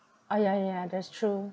uh ya ya ya that's true